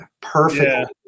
perfect